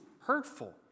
hurtful